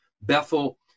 Bethel